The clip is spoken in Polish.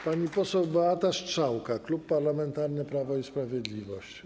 Pani poseł Beata Strzałka, Klub Parlamentarny Prawo i Sprawiedliwość.